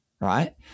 right